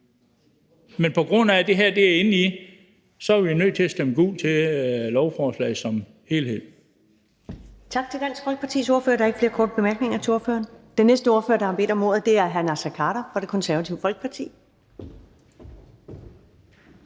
Men på grund af at det her er med, er vi nødt til at stemme gult til lovforslaget som helhed.